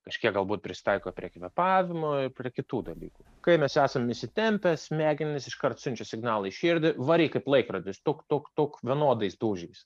kažkiek galbūt prisitaiko prie kvėpavimo ir prie kitų dalykų kai mes esam įsitempę smegenys iškart siunčia signalą į širdį varai kaip laikrodis tuk tuk tuk vienodais dūžiais